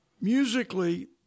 musically